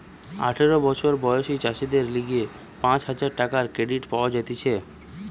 আঠারো বছর বয়সী চাষীদের লিগে পাঁচ হাজার টাকার ক্রেডিট পাওয়া যাতিছে